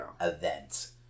event